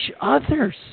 others